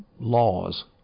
laws